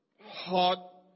hot